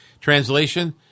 Translation